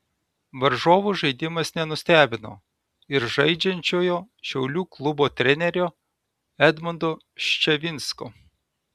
varžovų žaidimas nenustebino ir žaidžiančiojo šiaulių klubo trenerio edmundo ščavinsko